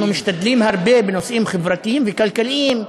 אנחנו משתדלים הרבה בנושאים חברתיים וכלכליים,